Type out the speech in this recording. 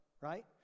right